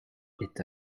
est